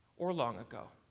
or long ago.